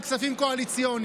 על כספים קואליציוניים.